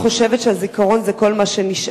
אני אישית חושבת שהזיכרון זה כל מה שנשאר.